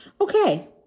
Okay